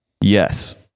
Yes